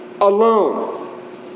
alone